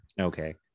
Okay